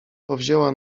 powzięła